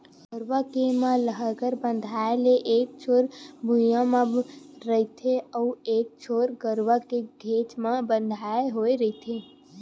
गरूवा के म लांहगर बंधाय ले एक छोर भिंयाँ म रहिथे अउ एक छोर गरूवा के घेंच म बंधाय होय रहिथे